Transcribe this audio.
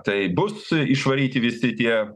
tai bus išvaryti visi tie